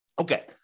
Okay